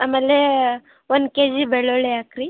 ಆಮೇಲೆ ಒಂದು ಕೆಜಿ ಬೆಳ್ಳುಳ್ಳಿ ಹಾಕ್ರಿ